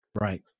right